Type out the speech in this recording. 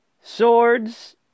swords